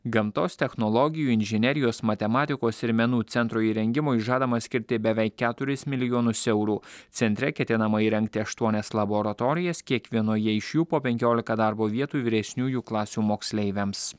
gamtos technologijų inžinerijos matematikos ir menų centro įrengimui žadama skirti beveik keturis milijonus eurų centre ketinama įrengti aštuonias laboratorijas kiekvienoje iš jų po penkiolika darbo vietų vyresniųjų klasių moksleiviams